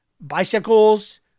Bicycles